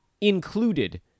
included